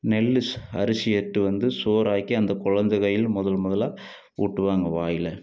நெல் அரிசியை எடுத்ட்டு வந்து சோறு ஆக்கி அந்த கொழந்தை கையில் முதல் முதல ஊட்டுவாங்க வாயில்